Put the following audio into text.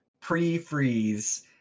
pre-freeze